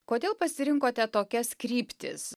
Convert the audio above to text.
kodėl pasirinkote tokias kryptis